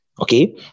okay